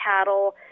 cattle